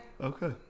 Okay